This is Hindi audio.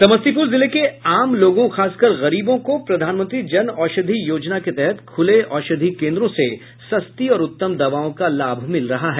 समस्तीपुर जिले के आमलोगों खासकर गरीबों को प्रधानमंत्री जन औषधि योजना के तहत खुले औषधि केन्द्रों से सस्ती और उत्तम दवाओ का लाभ मिल रहा है